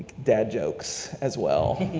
dad jokes as well.